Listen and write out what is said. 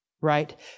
Right